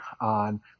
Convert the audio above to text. on